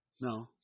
No